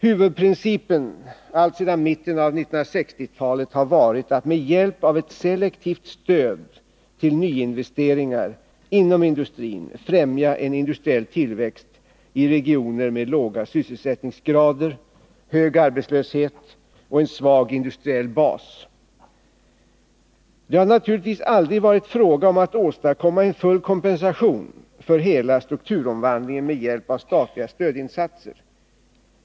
Huvudprincipen alltsedan mitten av 1960-talet har varit att med hjälp av ett selektivt stöd till nyinvesteringar inom industrin främja en industriell tillväxt i regioner med låga sysselsättningsgrader, hög arbetslöshet och en svag industriell bas. Det har naturligtvis aldrig varit frågan om att åstadkomma en full kompensation för hela strukturomvandlingen med hjälp av statliga stödinsatser.